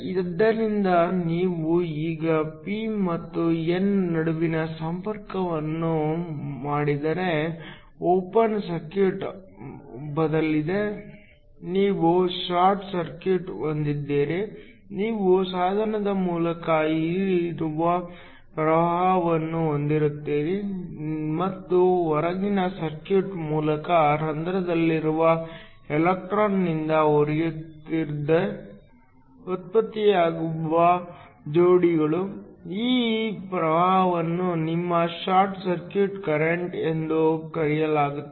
ಆದ್ದರಿಂದ ನೀವು ಈಗ p ಮತ್ತು n ನಡುವಿನ ಸಂಪರ್ಕವನ್ನು ಮಾಡಿದರೆ ಓಪನ್ ಸರ್ಕ್ಯೂಟ್ ಬದಲಿಗೆ ನೀವು ಶಾರ್ಟ್ ಸರ್ಕ್ಯೂಟ್ ಹೊಂದಿದ್ದೀರಿ ನೀವು ಸಾಧನದ ಮೂಲಕ ಹರಿಯುವ ಪ್ರವಾಹವನ್ನು ಹೊಂದಿರುತ್ತೀರಿ ಮತ್ತು ಹೊರಗಿನ ಸರ್ಕ್ಯೂಟ್ ಮೂಲಕ ರಂಧ್ರದಲ್ಲಿರುವ ಎಲೆಕ್ಟ್ರಾನ್ ನಿಂದ ಹರಿಯುತ್ತದೆ ಉತ್ಪತ್ತಿಯಾಗುವ ಜೋಡಿಗಳು ಈ ಪ್ರವಾಹವನ್ನು ನಿಮ್ಮ ಶಾರ್ಟ್ ಸರ್ಕ್ಯೂಟ್ ಕರೆಂಟ್ ಎಂದು ಕರೆಯಲಾಗುತ್ತದೆ